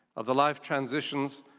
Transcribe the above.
of the life transitions,